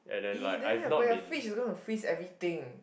!ee! then but your fridge is going to freeze everything